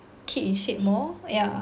keep in shape more yeah